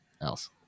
else